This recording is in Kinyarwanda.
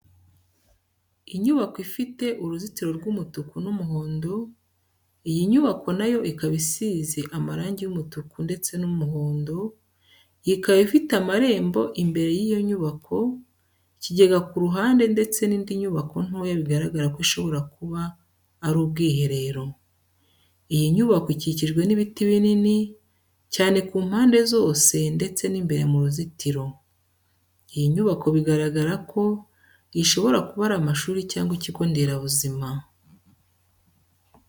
Inyubako ifite uruzitiro rw'umutuku n'umuhondo, iyi nyubako na yo ikaba isize amarangi y'umutuku ndetse n'umuhondo, ikaba ifite amarembo imbere y'iyo nyubako, ikigega ku ruhande ndetse n'indi nyubako ntoya bigaragara ko ishobora kuba ari ubwiherero. Iyi nyubako ikikijwe n'ibiti binini cyane ku mpande zose ndetse ni mbere mu ruzitiro. Iyi nyubako bigaragara ko ishobora kuba ari amashuri cyangwa ikigo nderabuzima.